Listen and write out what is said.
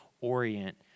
orient